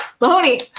Mahoney